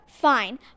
Fine